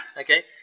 Okay